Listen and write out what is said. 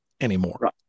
anymore